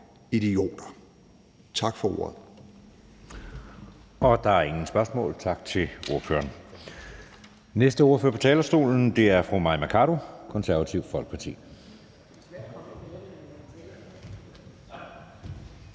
(Jeppe Søe): Der er ingen spørgsmål. Tak til ordføreren. Den næste ordfører på talerstolen er fru Mai Mercado, Det Konservative Folkeparti.